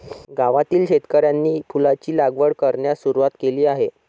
गावातील शेतकऱ्यांनी फुलांची लागवड करण्यास सुरवात केली आहे